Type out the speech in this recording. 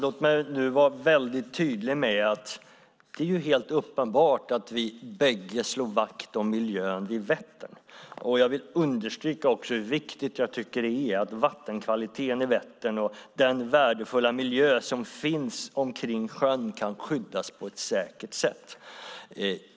Fru talman! Det är helt uppenbart att vi båda två slår vakt om miljön vid Vättern. Jag vill också understryka hur viktigt jag tycker att det är att vattenkvaliteten i Vättern och den värdefulla miljö som finns omkring sjön kan skyddas på ett säkert sätt.